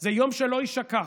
זה יום שלא יישכח,